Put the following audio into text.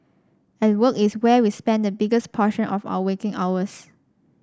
and work is where we spend the biggest portion of our waking hours